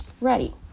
ready